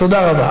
תודה רבה.